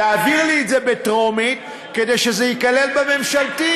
תעביר לי את זה בטרומית כדי שזה ייכלל בממשלתית.